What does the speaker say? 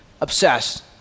obsessed